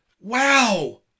wow